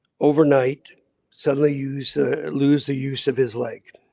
overnight suddenly use ah lose the use of his leg?